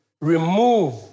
remove